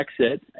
exit